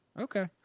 Okay